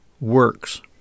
works